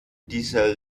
dieser